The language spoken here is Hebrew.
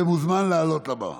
מה "לא נוכח"?